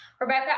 Rebecca